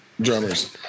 Drummers